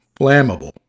flammable